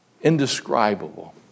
indescribable